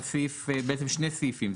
אלה בעצם שני סעיפים.